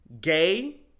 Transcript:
gay